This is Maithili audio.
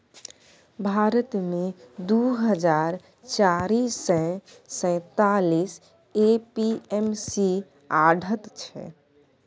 भारत मे दु हजार चारि सय सैंतालीस ए.पी.एम.सी आढ़त छै